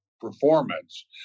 performance